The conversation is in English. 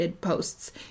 posts